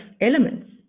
elements